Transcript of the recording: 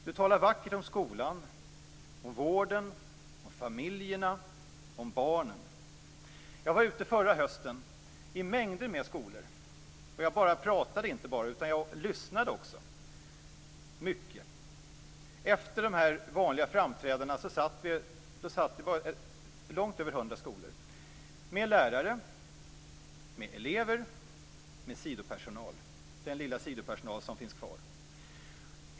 Han talar vackert om skolan, om vården, om familjerna, om barnen. Jag var förra hösten ute i långt över 100 skolor. Jag både pratade och lyssnade mycket. Efter framträdanden satt jag med lärare, elever och sidopersonal - den lilla sidopersonal som finns kvar.